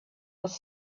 was